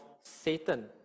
Satan